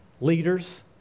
leaders